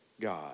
God